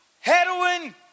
Heroin